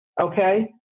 okay